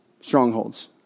strongholds